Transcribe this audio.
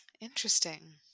Interesting